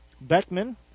Beckman